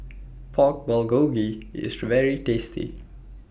Pork Bulgogi IS very tasty